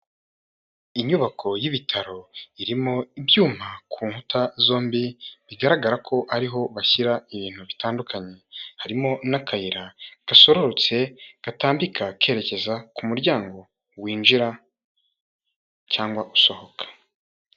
Inyubako y'ibitaro irimo ibyuma ku nkuta zombi bigaragara ko ariho bashyira ibintu bitandukanye harimo n'akayira gasorotse katambika kerekeza ku muryango winjira cyangwa usohoka.